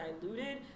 diluted